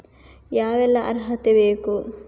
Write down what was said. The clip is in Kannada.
ಯಾವೆಲ್ಲ ಅರ್ಹತೆ ಬೇಕು?